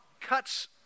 cuts